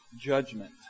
judgment